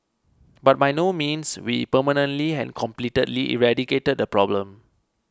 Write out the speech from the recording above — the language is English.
but by no means we permanently and completely eradicated the problem